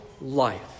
life